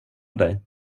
dig